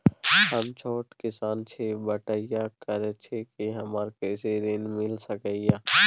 हम छोट किसान छी, बटईया करे छी कि हमरा कृषि ऋण मिल सके या?